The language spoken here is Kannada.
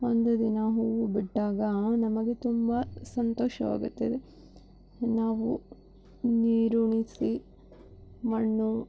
ಒಂದು ದಿನ ಹೂವು ಬಿಟ್ಟಾಗ ನಮಗೆ ತುಂಬ ಸಂತೋಷವಾಗುತ್ತದೆ ನಾವು ನೀರುಣಿಸಿ ಮಣ್ಣು